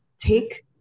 Take